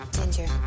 ginger